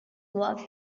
work